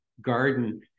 garden